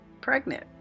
Pregnant